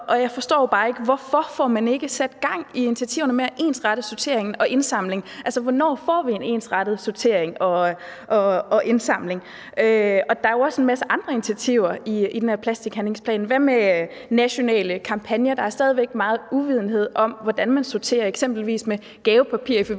Jeg forstår bare ikke, hvorfor man ikke får sat gang i initiativerne med at ensrette sorteringen og indsamlingen. Hvornår får vi en ensrettet sortering og indsamling? Der er jo også en masse andre initiativer i den her plastikhandlingsplan – hvad med nationale kampagner? Der er stadig megen uvidenhed om, hvordan man sorterer, f.eks. i forhold til gavepapiret fra juleaften